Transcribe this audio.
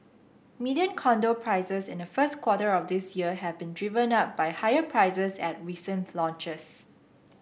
median condo prices in the first quarter of this year have been driven up by higher prices at recent launches